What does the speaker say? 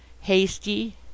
hasty